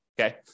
Okay